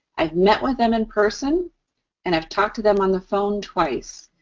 i've met with them in person and i've talked to them on the phone twice,